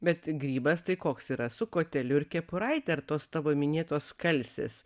bet grybas tai koks yra su koteliu ir kepuraite ar tos tavo minėtos skalsės